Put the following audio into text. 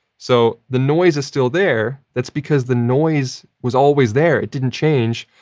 so, the noise is still there. that's because the noise was always there. it didn't change.